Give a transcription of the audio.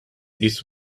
this